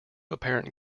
apparent